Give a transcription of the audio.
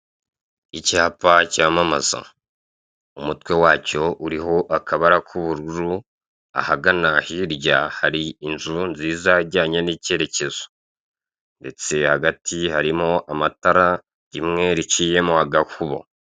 Icyapa cyamamaza umutwe wacyo uriho akabara k'ubururu, ahagana hirya hari inzu nziza ijyanye n'icyerekezo. Ndetse hagati harimo amatara, rimwe riciyemo agakubo.